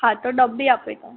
હા તો ડબ્બી આપી દો